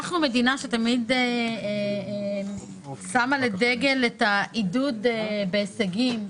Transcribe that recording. אנחנו מדינה שתמיד שמה לדגל את העידוד בהישגים,